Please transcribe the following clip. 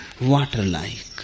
water-like